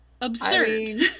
Absurd